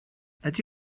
ydy